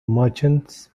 merchants